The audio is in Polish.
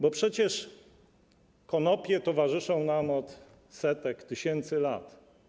Bo przecież konopie towarzyszą nam od setek tysięcy lat.